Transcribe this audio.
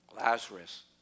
Lazarus